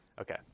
Okay